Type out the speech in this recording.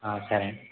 సరే అండి